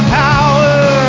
power